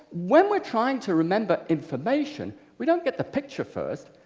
when we're trying to remember information, we don't get the picture first.